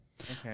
Okay